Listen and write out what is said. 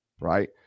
right